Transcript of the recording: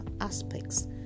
aspects